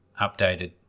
updated